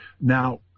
Now